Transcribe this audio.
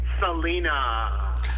Selena